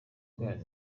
ndwara